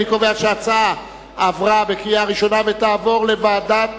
אני קובע שההצעה התקבלה בקריאה ראשונה ותועבר לוועדת